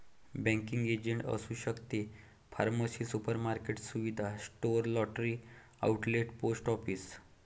banking agent असू शकते pharmacy supermarket सुविधा store lottery outlet post office